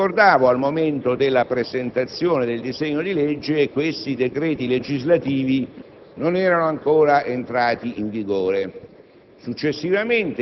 Come ricordavo, al momento della presentazione del disegno di legge quei decreti legislativi non erano ancora entrati in vigore.